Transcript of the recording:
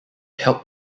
help